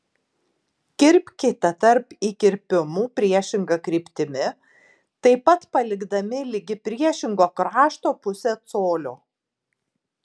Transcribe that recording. kirpkite tarp įkirpimų priešinga kryptimi taip pat palikdami ligi priešingo krašto pusę colio